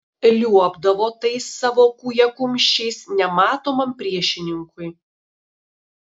liuobdavo tais savo kūjakumščiais nematomam priešininkui